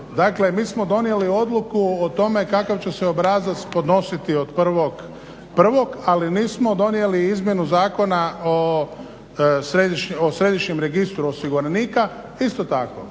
Dakle, mi smo donijeli odluku o tome kakav će se obrazac podnositi od 1.1. ali nismo donijeli izmjenu Zakona o središnjem registru osiguranika. Isto tako,